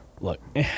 Look